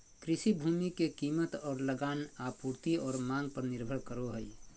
कृषि भूमि के कीमत और लगान आपूर्ति और मांग पर निर्भर करो हइ